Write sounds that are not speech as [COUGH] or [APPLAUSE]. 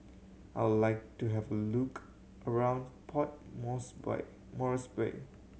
I would like to have a look around Port [UNINTELLIGIBLE] Moresby